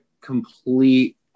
complete